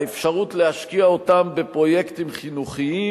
האפשרות להשקיע אותם בפרויקטים חינוכיים,